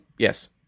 Yes